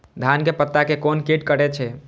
धान के पत्ता के कोन कीट कटे छे?